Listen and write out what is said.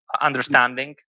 understanding